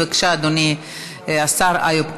בבקשה, אדוני השר איוב קרא,